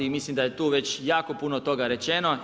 I mislim da je tu već jako puno toga rečeno.